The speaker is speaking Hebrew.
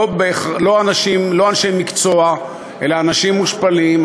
לא אנשי מקצוע אלא אנשים מושפלים,